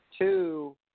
two